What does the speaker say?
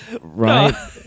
Right